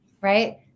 right